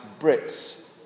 Brits